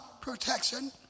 protection